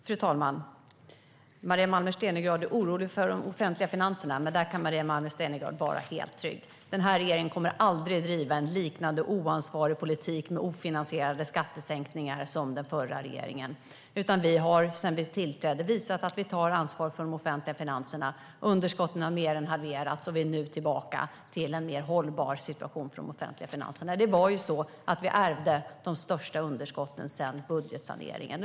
Fru talman! Maria Malmer Stenergard är orolig för de offentliga finanserna, men Maria Malmer Stenergard kan vara helt trygg. Den här regeringen kommer aldrig att driva en liknande oansvarig politik med ofinansierade skattesänkningar som den förra regeringen. Vi har sedan vi tillträdde visat att vi tar ansvar för de offentliga finanserna. Underskotten har mer än halverats, och vi är nu tillbaka till en mer hållbar situation för de offentliga finanserna. Vi ärvde de största underskotten sedan budgetsaneringen.